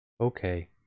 Okay